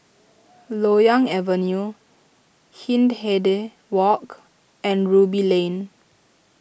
Loyang Avenue Hindhede Walk and Ruby Lane